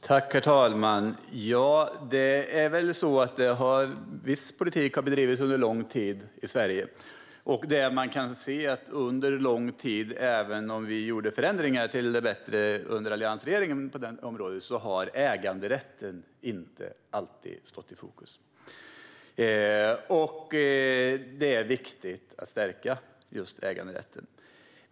Herr talman! Det är väl så att viss politik har bedrivits under lång tid i Sverige. Det man kan se är att under lång tid, även om vi gjorde förändringar till det bättre på det området under alliansregeringen, har äganderätten inte alltid stått i fokus, och det är viktigt att stärka just äganderätten.